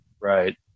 right